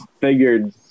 figured